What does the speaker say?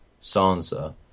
Sansa